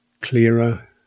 clearer